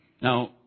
Now